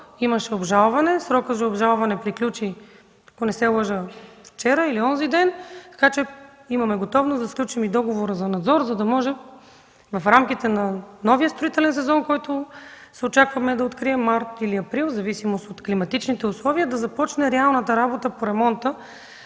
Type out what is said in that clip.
имаше обжалване. Срокът за обжалване приключи, ако не се лъжа, вчера или онзи ден, така че имаме готовност да сключим и договора за надзор, за да може в рамките на новия строителен сезон, който се очаква да открием март или април, в зависимост от климатичните условия, да започне реалната работа по ремонта